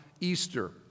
Easter